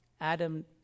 Adam